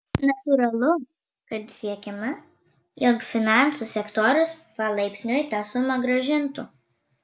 natūralu kad siekiama jog finansų sektorius palaipsniui tą sumą grąžintų